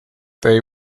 they